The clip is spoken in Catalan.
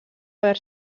haver